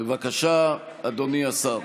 בבקשה, אדוני השר.